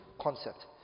concept